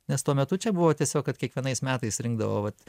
nes tuo metu čia buvo tiesiog kad kiekvienais metais rinkdavo vat